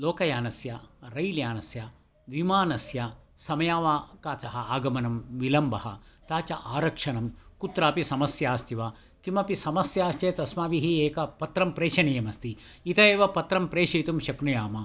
लोकयानस्य रैलयानस्य विमानस्य समयावकाशः आगमनं विलम्बः तथा च आरक्षणे कुत्रापि समस्या अस्ति वा किमपि समस्या अस्ति चेत् अस्माभिः एकं पत्रं प्रेषणीयम् अस्ति इत एव पत्रं प्रेषयितुं शक्नुयाम